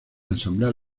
asambleas